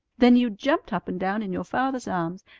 then you jumped up and down in your father's arms,